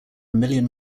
million